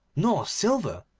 nor silver,